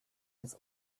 his